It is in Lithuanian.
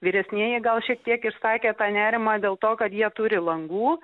vyresnieji gal šiek tiek išsakė tą nerimą dėl to kad jie turi langų